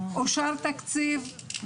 אושר תקציב,